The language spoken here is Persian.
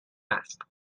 است